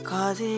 Cause